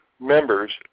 members